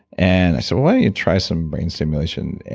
and i said, well, why don't you try some brain stimulation?